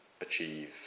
achieve